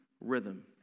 rhythm